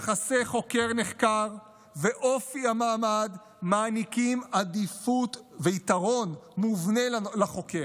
יחסי חוקר נחקר ואופי המעמד מעניקים עדיפות ויתרון מובנה לחוקר,